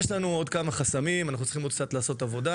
יש לנו עוד כמה חסמים, אנחנו צריכים לעשות עבודה